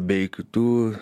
bei kitų